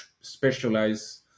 specialize